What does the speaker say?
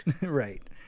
Right